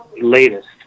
Latest